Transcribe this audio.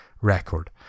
Record